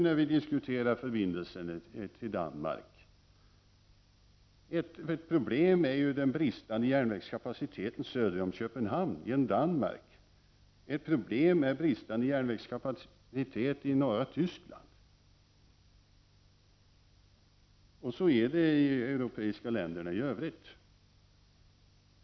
När vi diskuterar förbindelsen till Danmark är ju den bristande järnvägskapaciteten söder om Köpenhamn genom Danmark och i norra Tyskland ett problem. Så förhåller det sig också i de europeiska länderna i övrigt.